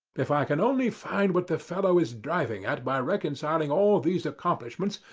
if i can only find what the fellow is driving at by reconciling all these accomplishments,